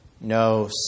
No